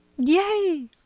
Yay